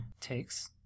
takes